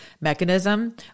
mechanism